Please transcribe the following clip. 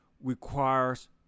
requires